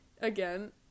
again